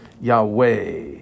Yahweh